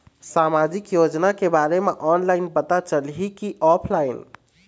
सामाजिक योजना के बारे मा ऑनलाइन पता चलही की ऑफलाइन?